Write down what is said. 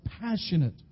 passionate